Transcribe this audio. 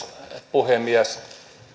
puhemies